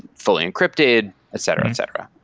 fully encrypted, etc. etc.